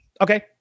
Okay